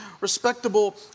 respectable